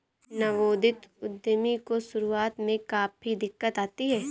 नवोदित उद्यमी को शुरुआत में काफी दिक्कत आती है